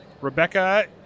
Rebecca